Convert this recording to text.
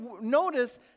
notice